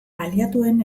aliatuen